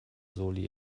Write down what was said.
soli